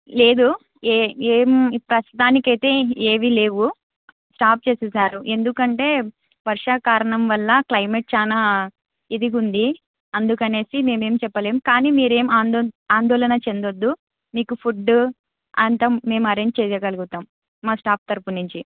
లేదు ఏ ఏం ప్రస్తుతానికి అయితే ఏవీ లేవు స్టాప్ చేసేశారు ఎందుకు అంటే వర్ష కారణం వల్ల క్లైమేట్ చాలా ఇదిగుంది అందుకని మేము ఏమి చెప్పలేము కానీ మీరేం ఆందోళన చెందవద్దు మీకు ఫుడ్డు అంత మేము అరేంజ్ చేయగలుగుతాము మా స్టాఫ్ తరుఫు నుంచి